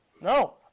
No